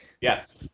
Yes